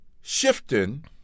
shifting